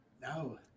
No